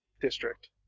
district